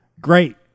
Great